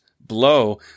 blow